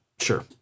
sure